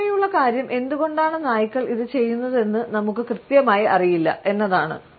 തമാശയുള്ള കാര്യം എന്തുകൊണ്ടാണ് നായ്ക്കൾ ഇത് ചെയ്യുന്നതെന്ന് നമുക്ക് കൃത്യമായി അറിയില്ല എന്നതാണ്